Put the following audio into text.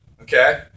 Okay